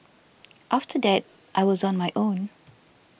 after that I was on my own